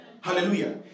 Hallelujah